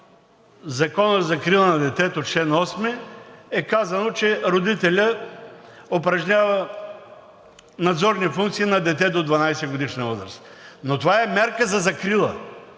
Закона за закрила на детето, в чл. 8 е казано, че родителят упражнява надзорни функции на дете до 12-годишна възраст. Но това е мярка за закрила!